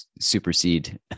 supersede